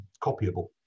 copyable